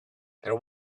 there